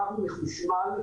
הקו מחושמל.